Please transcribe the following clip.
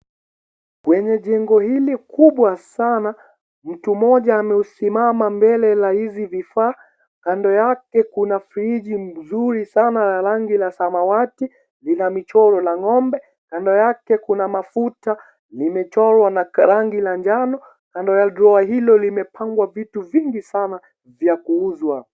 Kwenye jengo hili kubwa sana, mtu mmoja amesimama mbele la hizi vifaa, kando yake kuna friji nzuri sana la rangi ya samawati, lina michoro na ngombe, kando yake kuna mafuta, limechorwa na karangi la njano, kando ya drowa hilo limepangwa vitu vingi sana vya kuuzwa.